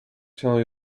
tell